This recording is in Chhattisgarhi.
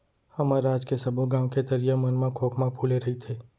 हमर राज के सबो गॉंव के तरिया मन म खोखमा फूले रइथे